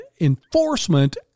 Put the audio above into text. enforcement